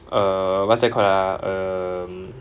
err what's that called ah um